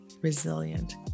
resilient